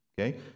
okay